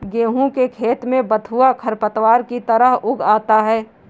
गेहूँ के खेत में बथुआ खरपतवार की तरह उग आता है